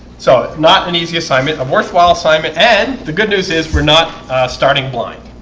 so not an easy assignment a worthwhile assignment and the good news is we're not starting blind,